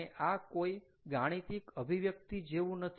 અને આ કોઈ ગાણીતીક અભિવ્યક્તિ જેવુ નથી